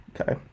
Okay